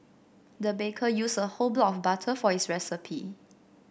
the baker used a whole block of butter for this recipe